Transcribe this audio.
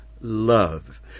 love